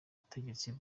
butegetsi